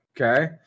Okay